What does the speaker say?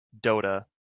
Dota